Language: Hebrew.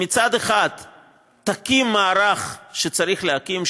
שמצד אחד תקים מערך שצריך להקים,